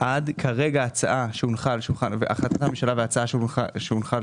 וכרגע החלטת הממשלה וההצעה שהונחה על